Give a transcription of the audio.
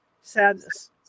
sadness